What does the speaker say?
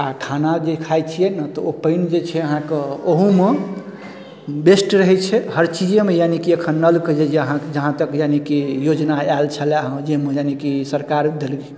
आओर खाना जे खाइ छियै ने तऽ ओ पानि जे छै अहाँके ओहोमे बेस्ट रहै छै हर चीजेमे यानिकि अखन नलके जहाँ तक की यानिकि योजना आयल छलै जाहिमे यानिकि सरकार देलखिन